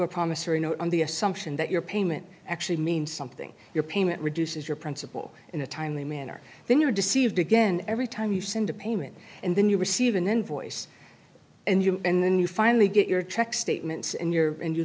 note on the assumption that your payment actually means something your payment reduces your principal in a timely manner then you're deceived again every time you send a payment and then you receive an invoice and you and then you finally get your check statements and your